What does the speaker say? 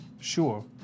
sure